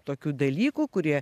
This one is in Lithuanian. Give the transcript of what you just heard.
tokių dalykų kurie